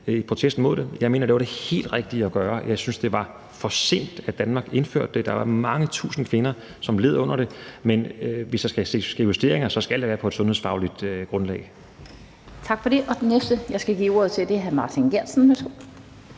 protest mod det. Jeg mener, det var det helt rigtige at gøre, og jeg synes, det var for sent, at Danmark indførte det – der var mange tusind kvinder, som led under det – men hvis der skal ske justeringer, skal det være på et sundhedsfagligt grundlag. Kl. 17:27 Den fg. formand (Annette Lind): Tak for det. Den næste, jeg skal give ordet til, er hr. Martin Geertsen.